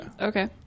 Okay